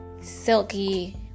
silky